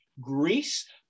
Greece